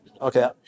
Okay